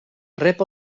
rep